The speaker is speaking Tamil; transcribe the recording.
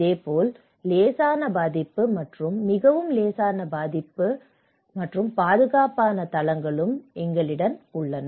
இதேபோல் லேசான பாதிப்பு மற்றும் மிகவும் லேசான பாதிப்பு மற்றும் பாதுகாப்பான தளங்களும் எங்களிடம் உள்ளன